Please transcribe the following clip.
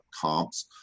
comps